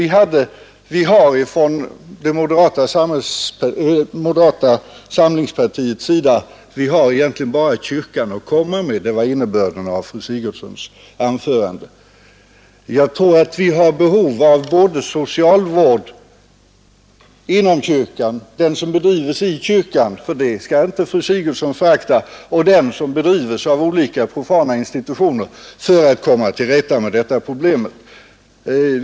Vi har från det moderata samlingspartiets sida egentligen bara kyrkan att komma med — det var innebörden i fru Sigurdsens anförande. Jag tror att det finns behov av all socialvård, både den som bedrivs inom kyrkan — den skall fru Sigurdsen inte förakta — och den som bedrivs av olika profana institutioner för att komma till rätta med detta problem.